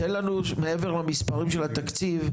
תן לנו מעבר למספרים של התקציב,